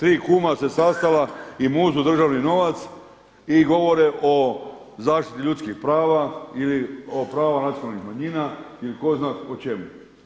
Tri kuma se sastala i muzu državni novac i govore o zaštiti ljudskih prava ili o pravima nacionalnih manjina ili tko zna o čemu.